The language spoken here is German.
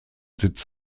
sitz